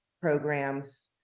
programs